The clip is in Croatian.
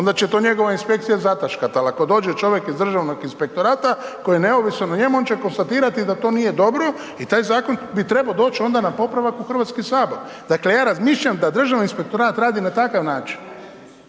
onda će to njegova inspekcija zataškati ali ako dođe čovjek iz Državnog inspektorata koji je neovisan o njemu, on će konstatirati da to nije dobro i taj zakon bi trebao doć onda na popravak u Hrvatski sabor. Dakle ja razmišljam da Državni inspektorat radi na takav način